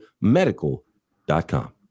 medical.com